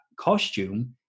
costume